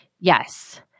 Yes